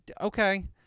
okay